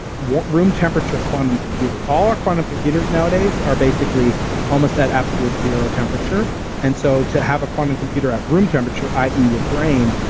room temperature quantum computer all our quantum computers nowadays are basically almost at absolute zero temperature and so to have a quantum computer at room temperature, i e. your brain,